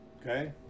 Okay